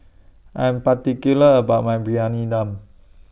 I'm particular about My Briyani Dum